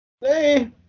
Hey